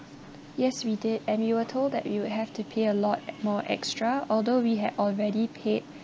yes we did and we were told that we would have to pay a lot more extra although we had already paid